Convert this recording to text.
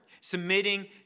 submitting